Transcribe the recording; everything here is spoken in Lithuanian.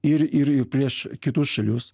ir ir prieš kitus šalius